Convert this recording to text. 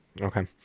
Okay